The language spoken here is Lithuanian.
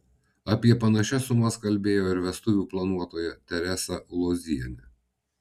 apie panašias sumas kalbėjo ir vestuvių planuotoja teresa ulozienė